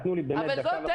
אני לא יכולה